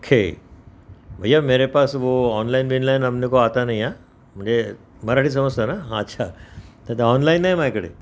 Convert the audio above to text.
ओखे भैय्या मेरे पास वो ऑनलाईन बिनलाईन हमनेको आता नही हां म्हणजे मराठी समजतं ना हा अच्छा तर ते ऑनलाईन नाही माझ्याकडे